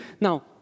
Now